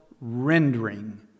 rendering